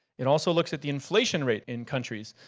it also looks at the inflation rate in countries.